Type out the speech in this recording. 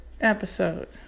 episode